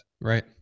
Right